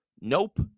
Nope